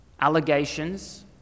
allegations